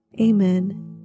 Amen